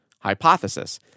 Hypothesis